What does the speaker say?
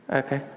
okay